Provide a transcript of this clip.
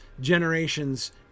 generations